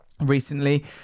recently